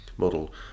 model